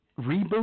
reboot